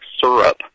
syrup